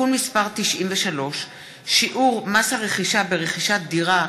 (תיקון מס' 93) (שיעור מס הרכישה ברכישת דירת